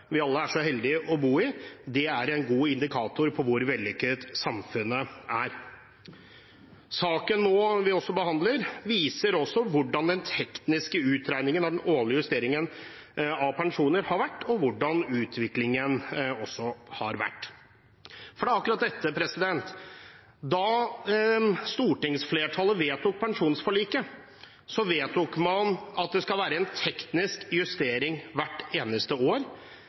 vi alle er så heldige å bo i, er en god indikator på hvor vellykket samfunnet er. Saken vi nå behandler, viser hvordan den tekniske utregningen av den årlige justeringen av pensjoner har vært, og også hvordan utviklingen har vært. Det er akkurat det at da stortingsflertallet vedtok pensjonsforliket, vedtok man at det skal være en teknisk justering hvert eneste år.